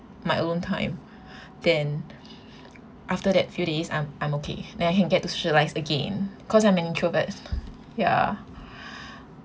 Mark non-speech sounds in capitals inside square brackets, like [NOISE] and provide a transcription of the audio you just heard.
my own time [BREATH] then after that few days I'm I'm okay [BREATH] then I can get to socialise again cause I'm an introvert [BREATH] ya [BREATH]